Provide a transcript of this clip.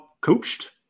coached